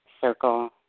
circle